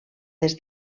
des